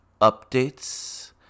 updates